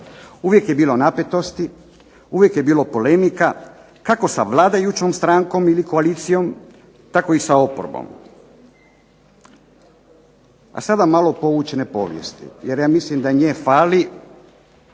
Uvijek je bilo napetosti, uvijek je bilo polemika kako sa vladajućom strankom ili koalicijom, tako i sa oporbom. A sada malo poučene povijesti, jer ja mislim da nje fali